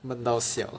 闷到 siao